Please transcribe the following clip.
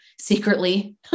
secretly